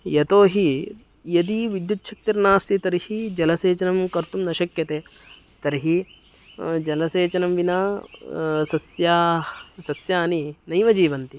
यतो हि यदि विद्युच्छक्तिर्नास्ति तर्हि जलसेचनं कर्तुं न शक्यते तर्हि जलसेचनं विना सस्याः सस्यानि नैव जीवन्ति